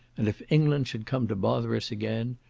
and if england should come to bother us again,